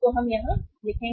हम यहां लिखेंगे